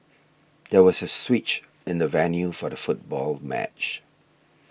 there was a switch in the venue for the football match